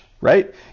right